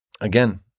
again